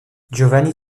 giovanni